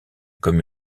comme